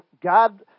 God